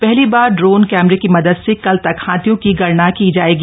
पहली बार ड्रोन कैमरे की मदद से कल तक हाथियों की गणना की जाएगी